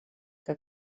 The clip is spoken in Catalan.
que